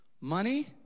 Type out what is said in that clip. Money